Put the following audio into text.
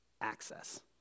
access